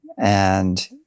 And-